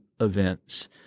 events